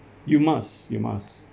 you must you must